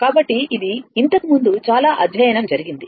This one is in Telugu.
కాబట్టి ఇది ఇంతకు ముందు చాలా అధ్యయనం జరిగింది